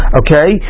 okay